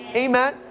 amen